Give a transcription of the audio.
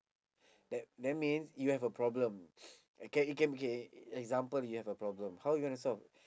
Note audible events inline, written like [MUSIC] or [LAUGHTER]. that that means you have a problem [NOISE] okay you can K example you have a problem how you gonna solve